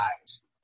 Eyes